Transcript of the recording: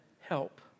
help